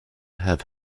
had